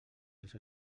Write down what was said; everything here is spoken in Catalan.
els